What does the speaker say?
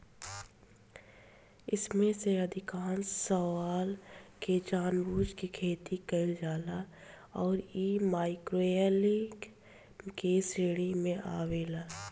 एईमे से अधिकांश शैवाल के जानबूझ के खेती कईल जाला अउरी इ माइक्रोएल्गे के श्रेणी में आवेला